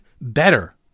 better